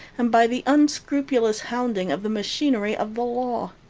and by the unscrupulous hounding of the machinery of the law.